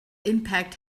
impact